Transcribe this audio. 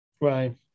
Right